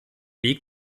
weg